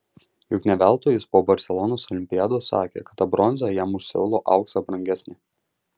juk ne veltui jis po barselonos olimpiados sakė kad ta bronza jam už seulo auksą brangesnė